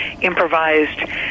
improvised